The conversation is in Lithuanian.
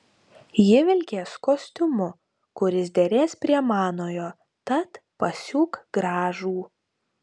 ji vilkės kostiumu kuris derės prie manojo tad pasiūk gražų